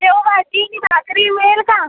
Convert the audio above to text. शेवभाजी नी भाकरी मिळेल का